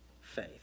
faith